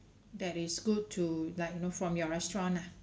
that is good to like you know from your restaurant ah